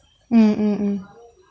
mm mm mm